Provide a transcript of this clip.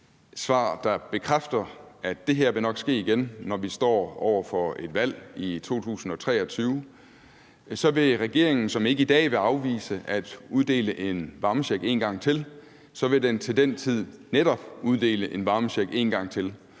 svar, der bekræfter, at det her nok vil ske igen, når vi står over for et valg i 2023. Så vil regeringen, som i dag ikke vil afvise at uddele en varmecheck en gang til, til den tid netop uddele en varmecheck en gang til.